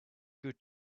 good